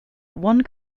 one